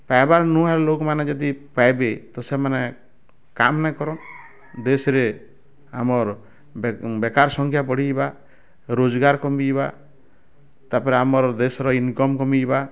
ପାଇବାର ନୁହେଁ ଲୋକମାନେ ଯଦି ପାଇବେ ତ ସେମାନେ କାମ ନେଇ କରନ ଦେଶରେ ଆମର ବେକାର ସଂଖ୍ୟା ବଢ଼ିଯିବା ରୋଜଗାର କମିବା ତା'ପରେ ଆମର ଦେଶର ଇନକମ୍ କମିଯିବା